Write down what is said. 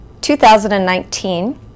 2019